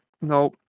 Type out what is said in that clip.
no